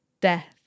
death